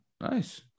Nice